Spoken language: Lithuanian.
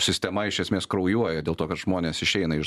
sistema iš esmės kraujuoja dėl to kad žmonės išeina iš